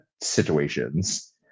situations